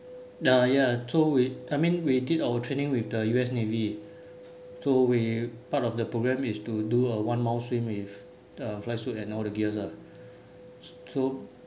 the ya so we I mean we did our training with the U_S navy so we part of the programme is to do a one mile swim with a flight suit and all the gears what so